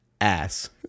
ass